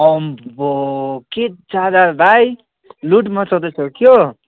अम्बो के ज्यादा भाइ लुट मच्चाउँदै छौ के हो